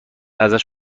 ازش